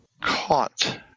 caught